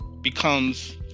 becomes